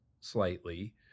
slightly